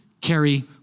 carry